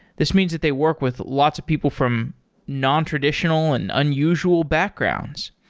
this means that they work with lots of people from nontraditional and unusual backgrounds.